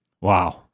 Wow